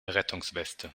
rettungsweste